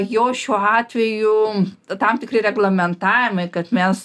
jau šiuo atveju tam tikri reglamentavimai kad mes